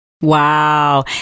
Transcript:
Wow